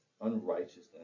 unrighteousness